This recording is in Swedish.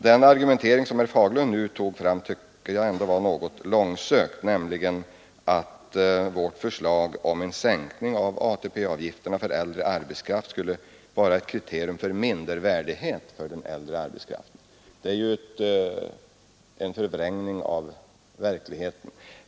Den argumentering herr Fagerlund nu tog fram tycker jag var något långsökt; vårt förslag om en sänkning av ATP-avgifterna för äldre arbetskraft skulle vara ett kriterium på mindervärdighet hos den äldre arbetskraften. Det är en förvrängning av verkligheten.